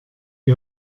die